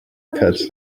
cuts